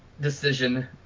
decision